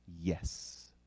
yes